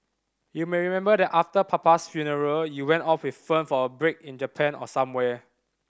you may remember that after papa's funeral you went off with Fern for a break in Japan or somewhere